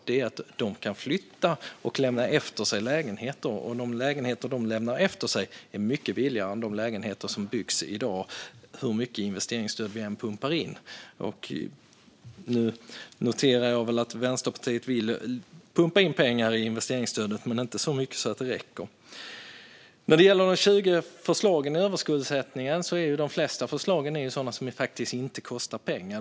De som bor i hyreshus kan då flytta och lämna efter sig lägenheter. Och de lägenheter som de lämnar efter sig är mycket billigare än de lägenheter som byggs i dag hur mycket investeringsstöd som vi än pumpar in. Nu noterar jag att Vänsterpartiet vill pumpa in pengar i investeringsstödet, men inte så mycket så att det räcker. När det gäller de 20 förslagen som handlar om överskuldsättning är de flesta sådana som faktiskt inte kostar pengar.